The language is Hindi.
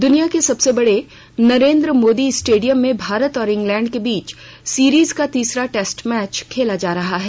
दुनिया के सबसे बड़े नरेन्द्र मोदी स्टेडियम में भारत और इंगलैंड के बीच सीरीज का तीसरा टेस्ट मैच खेला जा रहा है